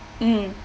mm